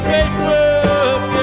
Facebook